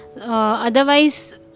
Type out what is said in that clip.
Otherwise